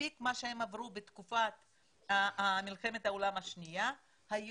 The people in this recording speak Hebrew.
מספיק מה שהם עברו בתקופת מלחמת העולם השנייה והיום